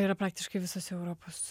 yra praktiškai visose europos